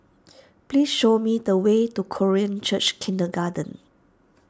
please show me the way to Korean Church Kindergarten